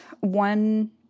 one